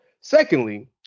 Secondly